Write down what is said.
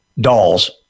dolls